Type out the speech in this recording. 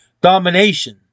domination